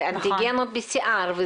זה אנטיגן או PCR?